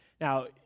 Now